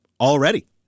already